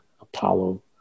Apollo